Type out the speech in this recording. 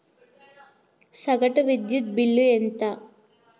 సగటు విద్యుత్ బిల్లు ఎంత?